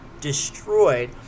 destroyed